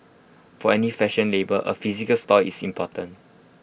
for any fashion label A physical store is important